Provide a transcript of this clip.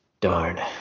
Darn